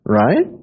right